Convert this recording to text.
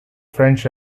french